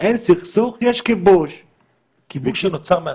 אני מבקש להתחיל לסכם.